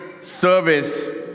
service